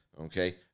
Okay